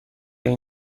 این